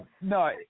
no